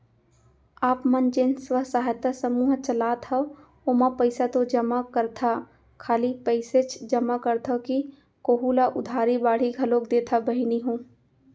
आप मन जेन स्व सहायता समूह चलात हंव ओमा पइसा तो जमा करथा खाली पइसेच जमा करथा कि कोहूँ ल उधारी बाड़ी घलोक देथा बहिनी हो?